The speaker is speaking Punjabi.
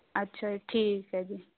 ਅੱਛਾ ਜੀ ਠੀਕ ਹੈ ਜੀ